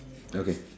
okay